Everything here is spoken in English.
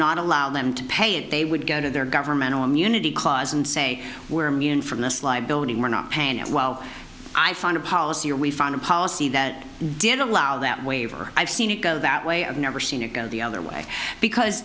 not allow them to pay it they would go to their governmental immunity clause and say we're immune from this liability we're not paying it well i found a policy or we found a policy that did allow that waiver i've seen it go that way i've never seen it go the other way because